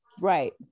Right